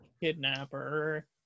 kidnapper